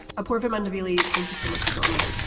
apoorva mundanely, thank you so much for joining me.